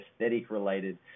aesthetic-related